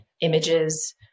images